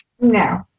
No